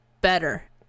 better